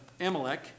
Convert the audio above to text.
Amalek